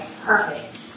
perfect